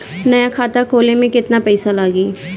नया खाता खोले मे केतना पईसा लागि?